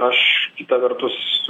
aš kita vertus